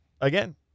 again